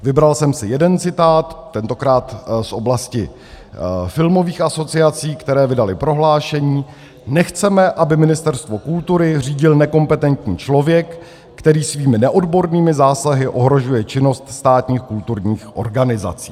Vybral jsem si jeden citát, tentokrát z oblasti filmových asociací, které vydaly prohlášení: Nechceme, aby Ministerstvo kultury řídil nekompetentní člověk, který svými neodbornými zásahy ohrožuje činnost státních kulturních organizací.